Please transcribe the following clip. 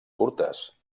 curtes